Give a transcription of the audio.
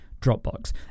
Dropbox